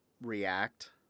react